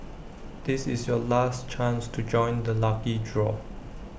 this is your last chance to join the lucky draw